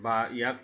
বা ইয়াক